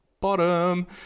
bottom